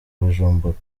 bujumbura